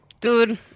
Dude